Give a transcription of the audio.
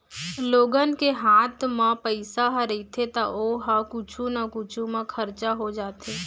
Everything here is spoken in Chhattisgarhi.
लोगन के हात म पइसा ह रहिथे त ओ ह कुछु न कुछु म खरचा हो जाथे